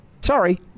Sorry